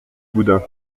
boudin